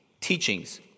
teachings